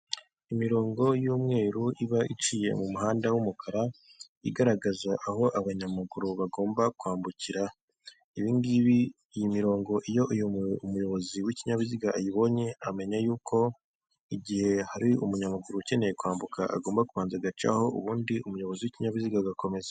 Imirongo y'umweru iba iciye mu muhanda w'umukara igaragaza aho abanyamaguru bagomba kwambukira, ibi ngibi iyi mirongo iyo umuyobozi w'ikinyabiziga ayibonye amenya yuko igihe hari umunyamaguru ukeneye kwambuka agomba kubanza agacaho ubundi umuyobozi w'ikinyabiziga agakomeza.